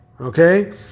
okay